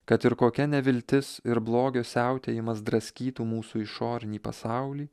kad ir kokia neviltis ir blogio siautėjimas draskytų mūsų išorinį pasaulį